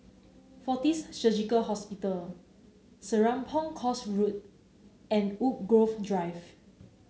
Fortis Surgical Hospital Serapong Course Road and Woodgrove Drive